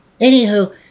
Anywho